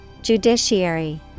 Judiciary